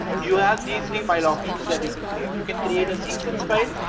you have these three file options that you can create. you can create a sequence file,